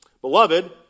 beloved